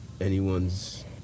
anyone's